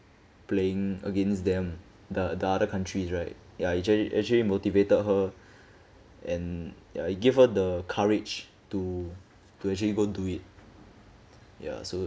playing against them the the other countries right ya actually actually motivated her and ya it give her the courage to to actually go and do it ya so